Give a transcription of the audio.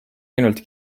ainult